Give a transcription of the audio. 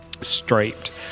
striped